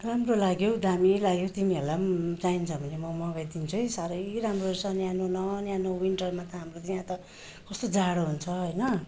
राम्रो लाग्यो दामी लाग्यो तिमीहरूलाई पनि चाहिन्छ भने मो मगाइदिन्छु है साह्रै राम्रो रहेछ न्यानो न न्यानो विन्टरमा त हाम्रो यहाँ कस्तो जाडो हुन्छ होइन